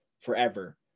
forever